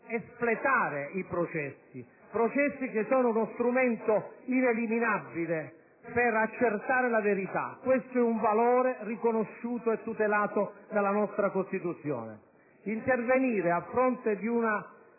espletare i processi, che sono uno strumento ineliminabile per accertare la verità. Questo è un valore riconosciuto e tutelato dalla nostra Costituzione. Intervenire a fronte di un